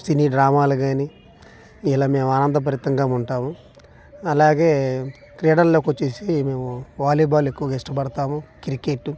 సినీ డ్రామాలు గానీ ఇవాల మేము ఆనందభరితంగా ఉంటాము అలాగే క్రీడాల్లోకి వచ్చేసి వాలిబాల్ ఎక్కువగా ఇష్టపడతాము క్రికెట్టు